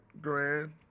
grand